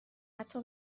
حتی